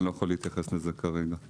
אני לא יכול להתייחס לזה כרגע,